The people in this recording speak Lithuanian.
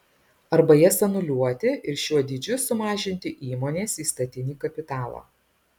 arba jas anuliuoti ir šiuo dydžiu sumažinti įmonės įstatinį kapitalą